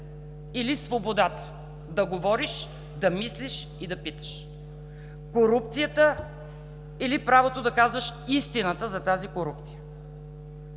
или свободата да говориш, да мислиш и да питаш, корупцията или правото да казваш истината за тази корупция?